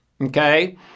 Okay